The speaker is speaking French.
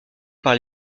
par